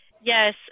Yes